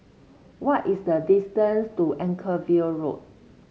what is the distance to Anchorvale Road